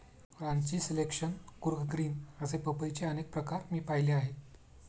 Ranchi selection, Coorg green असे पपईचे अनेक प्रकार मी पाहिले आहेत